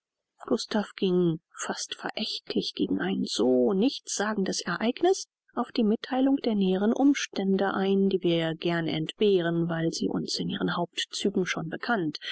gustav ging fast verächtlich gegen ein so nichtssagendes ereigniß auf die mittheilung der näheren umstände ein die wir gern entbehren weil sie uns in ihren hauptzügen schon bekannt